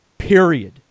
period